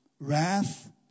Wrath